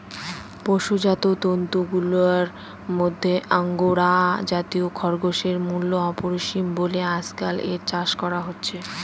পশুজাত তন্তুগুলার মধ্যে আঙ্গোরা জাতীয় খরগোশের মূল্য অপরিসীম বলে আজকাল এর চাষ করা হচ্ছে